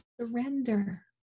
surrender